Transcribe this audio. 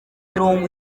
mirongo